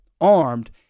armed